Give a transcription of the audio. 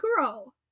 Kuro